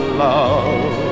love